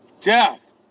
Death